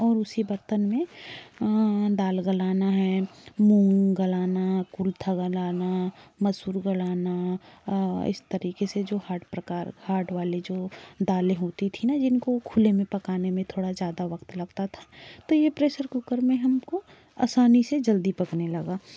और उसी बर्तन में दाल गलाना हैं मूंग गलाना कुरथा गलाना मसूर गलाना इस तरीके से जो हार्ड प्रकार हार्ड वाले जो दालें होती थी ना जिनको खुले में पकाने में थोड़ा ज़्यादा वक्त लगता था तो ये प्रेसर कुकर में हमको आसानी से जल्दी पकने लगा